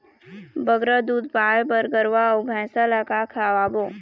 बगरा दूध पाए बर गरवा अऊ भैंसा ला का खवाबो?